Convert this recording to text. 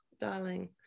darling